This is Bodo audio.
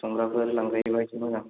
संग्राफोर लांफायोबा एसे मोजां